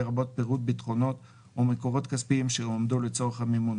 לרבות פירוט ביטחונות או מקורות כספיים שהועמדו לצורך המימון,